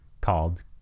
called